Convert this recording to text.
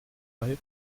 bei